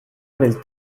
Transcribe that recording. del